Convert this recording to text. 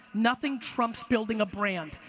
nothing trumps building a brand.